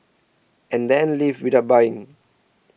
and then leave without buying